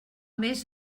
més